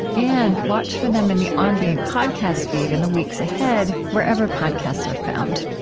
and watch for them in the on being podcast feed in the weeks ahead, wherever podcasts are found.